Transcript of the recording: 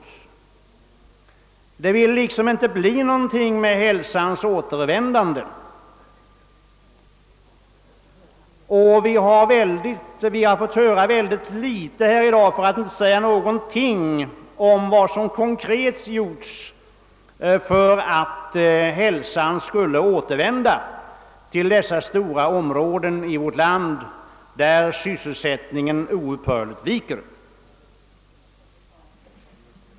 Det vill liksom inte bli någonting av med hälsans återvändande. Vi har i dag fått höra mycket litet, för att inte säga ingenting, om vad som konkret gjorts för att hälsan skulle återvända till dessa stora områden i vårt land där sysselsättningen oupphörligen viker.